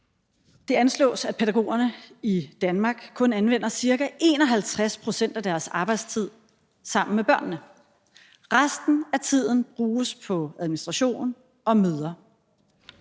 Det anslås, at pædagogerne i Danmark kun anvender ca. 51 pct. af deres arbejdstid sammen med børnene. Resten af tiden bruges på administration og møder.